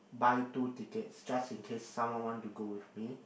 buy two tickets just in case someone want to go with me